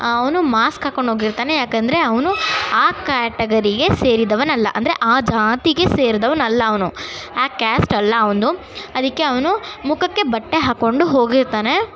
ಅವನು ಮಾಸ್ಕಾಕ್ಕೊಂಡೋಗಿರ್ತಾನೆ ಏಕೆಂದ್ರೆ ಅವನು ಆ ಕ್ಯಾಟಗರಿಗೆ ಸೇರಿದವನಲ್ಲ ಅಂದರೆ ಆ ಜಾತಿಗೆ ಸೇರಿದವನಲ್ಲ ಅವನು ಆ ಕ್ಯಾಸ್ಟ್ ಅಲ್ಲ ಅವ್ನದ್ದು ಅದಕ್ಕೆ ಅವನು ಮುಖಕ್ಕೆ ಬಟ್ಟೆ ಹಾಕ್ಕೊಂಡು ಹೋಗಿರ್ತಾನೆ